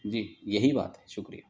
جی یہی بات ہے شکریہ